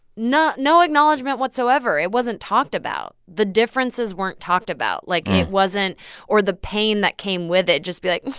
no acknowledgement whatsoever. it wasn't talked about. the differences weren't talked about. like, it wasn't or the pain that came with it. just be like,